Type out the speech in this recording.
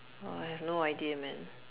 !wah! I have no idea man